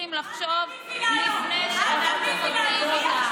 צריכים לחשוב באמת לפני שאנחנו אומרים אותם.